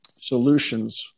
solutions